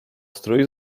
strój